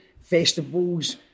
festivals